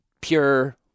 pure